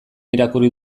irakurri